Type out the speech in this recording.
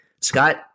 Scott